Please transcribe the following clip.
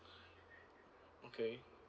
okay